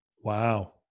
Wow